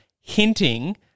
hinting